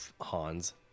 hans